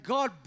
God